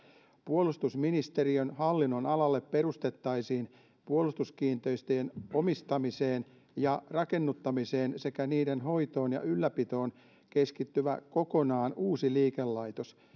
puolustusministeriön hallinnonalalle perustettaisiin puolustuskiinteistöjen omistamiseen ja rakennuttamiseen sekä niiden hoitoon ja ylläpitoon keskittyvä liikelaitos